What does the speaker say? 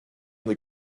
des